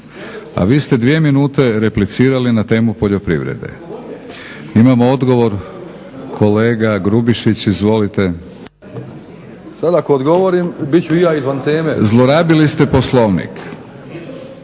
a vi ste dvije minute replicirali na temu poljoprivrede. Imamo odgovor, kolega Grubišić. Izvolite. **Grubišić, Boro